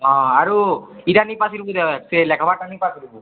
ହଁ ଆରୁ ଇଟା ନେଇଁ ପାସରିବୁ ସେ ଲେଖବାର୍ଟା ନେଇଁ ପାସରିବୁ